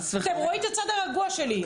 אתם רואים את הצד הרגוע שלי.